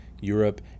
Europe